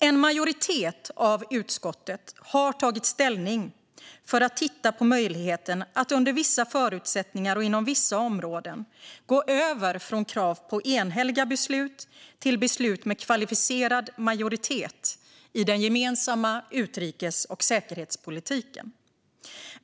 En majoritet av utskottet har tagit ställning för att titta på möjligheten att under vissa förutsättningar och inom vissa områden gå över från krav på enhälliga beslut till beslut med kvalificerad majoritet i den gemensamma utrikes och säkerhetspolitiken.